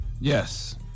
Yes